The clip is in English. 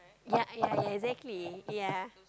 ya ya exactly ya